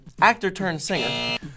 actor-turned-singer